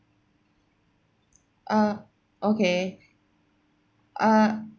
ah okay ah